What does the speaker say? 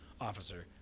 officer